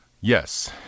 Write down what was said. Yes